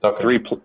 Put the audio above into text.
three